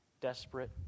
desperate